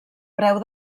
preu